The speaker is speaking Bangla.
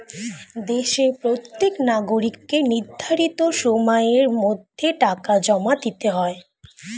দেশের প্রত্যেক নাগরিককে নির্ধারিত সময়ের মধ্যে টাকা জমা দিতে হয়